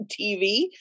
TV